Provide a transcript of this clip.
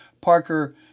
Parker